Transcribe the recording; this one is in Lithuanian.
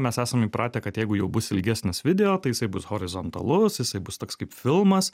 mes esam įpratę kad jeigu jau bus ilgesnis video tai jisai bus horizontalus jisai bus toks kaip filmas